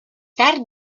tard